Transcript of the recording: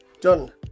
done